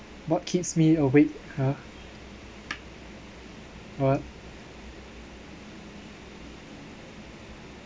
what keeps me awake !huh! what